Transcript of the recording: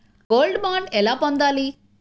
Gold bond ఎలా పొందాలి?